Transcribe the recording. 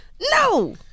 No